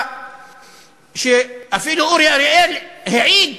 שאפילו אורי אריאל העיד